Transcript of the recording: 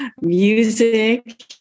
music